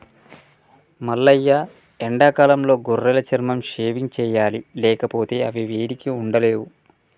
మల్లయ్య ఎండాకాలంలో గొర్రెల చర్మం షేవింగ్ సెయ్యాలి లేకపోతే అవి వేడికి ఉండలేవు